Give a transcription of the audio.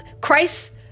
Christ